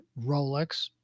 Rolex